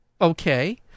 Okay